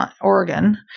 Oregon